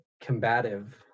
combative